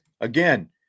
again